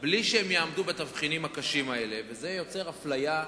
בלי שיעמדו בתבחינים הקשים האלה, וזה יוצר אפליה,